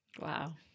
Wow